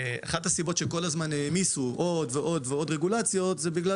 אחת הסיבות שכל הזמן העמיסו עוד ועוד רגולציות זה בגלל